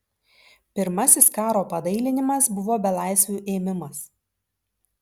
pirmasis karo padailinimas buvo belaisvių ėmimas